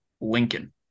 Lincoln